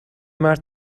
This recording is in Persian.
مرد